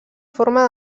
forma